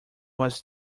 was